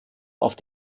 auf